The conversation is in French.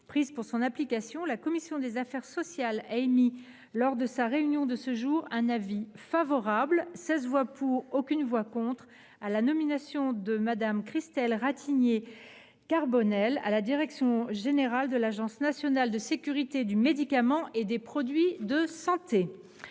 prises pour son application, la commission des affaires sociales a émis, lors de sa réunion de ce jour, un avis favorable, par 16 voix pour et aucune voix contre, sur la nomination de Mme Christelle Ratignier Carbonneil aux fonctions de directrice générale de l’Agence nationale de sécurité du médicament et des produits de santé.